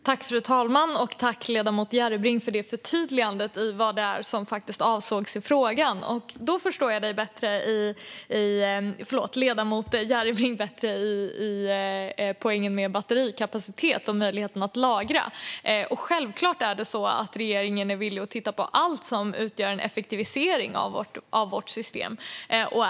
Fru talman! Jag tackar ledamoten Järrebring för förtydligandet av vad som avsågs med frågan. Nu förstår jag ledamoten Järrebring bättre när det gäller poängen med batterikapacitet och möjligheten att lagra. Givetvis är regeringen villig att titta på allt som utgör en effektivisering av vårt system.